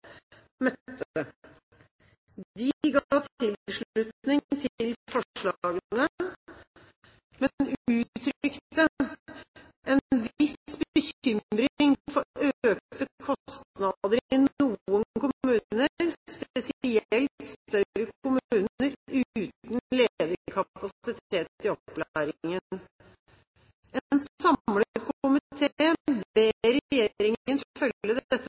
De ga sin tilslutning til forslagene, men uttrykte en viss bekymring for økte kostnader i noen kommuner, spesielt i større kommuner uten ledig kapasitet i opplæringen. En samlet komité ber regjeringen